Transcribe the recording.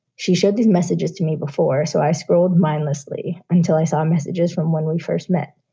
she showed these messages to me before, so i scrolled mindlessly until i saw messages from when we first met.